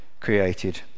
created